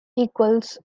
equals